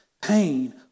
pain